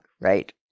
Right